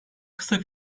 kısa